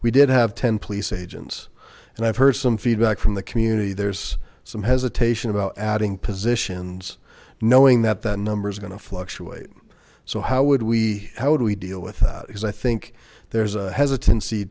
we did have ten police agents and i've heard some feedback from the community there's some hesitation about adding positions knowing that that number is gonna fluctuate so how would we how would we deal with that because i think there's a hesitancy